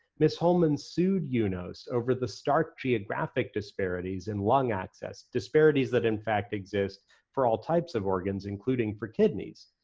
ms. holman sued yeah unos over the stark geographic disparities in lung access. disparities that, in fact, exist for all types of organs, including for kidneys.